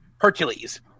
Hercules